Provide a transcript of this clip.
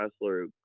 wrestler